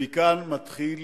מכאן מתחיל